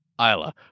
Isla